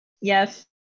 Yes